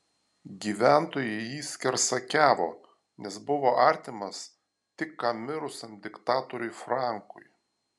gyventojai į jį skersakiavo nes buvo artimas tik ką mirusiam diktatoriui frankui